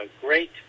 great